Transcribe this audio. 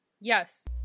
yes